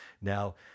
now